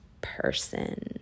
person